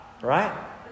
Right